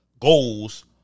goals